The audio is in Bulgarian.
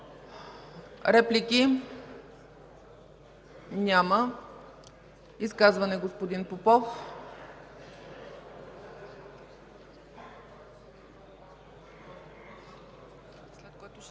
Реплики? Няма. Изказване – господин Попов.